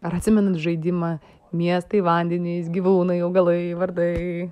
ar atsimenat žaidimą miestai vandenys gyvūnai augalai vardai